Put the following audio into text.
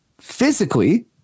physically